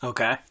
Okay